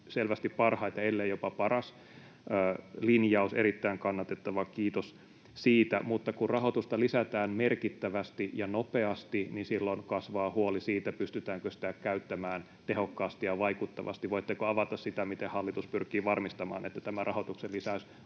selvästi parhaita, ellei jopa paras linjaus, erittäin kannatettava — kiitos siitä — mutta kun rahoitusta lisätään merkittävästi ja nopeasti, niin silloin kasvaa huoli siitä, pystytäänkö sitä käyttämään tehokkaasti ja vaikuttavasti. Voitteko avata sitä, miten hallitus pyrkii varmistamaan, että tämä rahoituksen lisäys